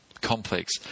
complex